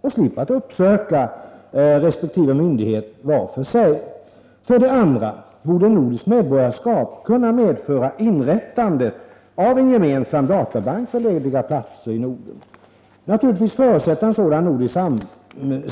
och slipper uppsöka resp. myndighet var för sig. För det andra borde nordiskt medborgarskap kunna medföra inrättandet av en gemensam databank för lediga platser i Norden. Naturligtvis förutsätter en sådan